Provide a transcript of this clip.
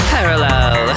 Parallel